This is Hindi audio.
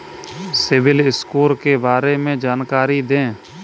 सिबिल स्कोर के बारे में जानकारी दें?